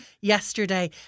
yesterday